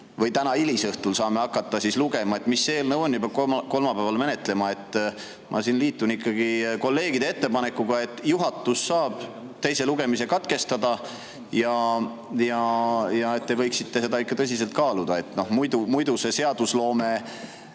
või täna hilisõhtul saame me hakata lugema, mis seal eelnõus on, ja juba kolmapäeval menetleme. Ma liitun kolleegide ettepanekuga, et juhatus saab teise lugemise katkestada ja te võiksite seda ikka tõsiselt kaaluda. Muidu see seadusloome